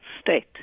state